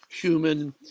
human